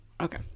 okay